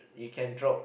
you can drop